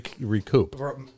recoup